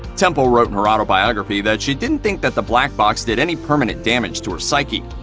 temple wrote in her autobiography that she didn't think that the black box did any permanent damage to her psyche.